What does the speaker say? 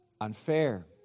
unfair